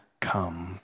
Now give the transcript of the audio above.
come